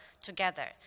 together